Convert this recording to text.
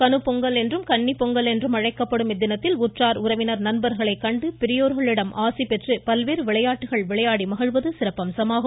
கனுப் பொங்கல் என்றும் கன்னிப் பொங்கல் என்றும் அழைக்கப்படும் இத்தினத்தில் உற்றார் உறவினர் நண்பர்களை கண்டு பெரியோர்களிடம் ஆசி பெற்று பல்வேறு விளையாட்டுகள் விளையாடி மகிழ்வது சிறப்பம்சமாகும்